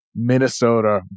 minnesota